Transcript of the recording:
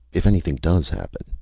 if anything does happen,